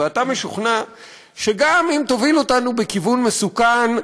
ואתה משוכנע שגם אם תוביל אותנו בכיוון מסוכן,